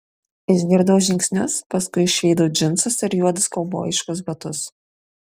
išgirdau žingsnius paskui išvydau džinsus ir juodus kaubojiškus batus